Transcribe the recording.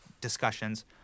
discussions